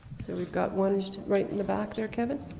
so we got one right in the back there, kevin.